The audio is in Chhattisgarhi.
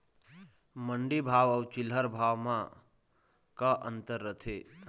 मंडी भाव अउ चिल्हर भाव म का अंतर रथे?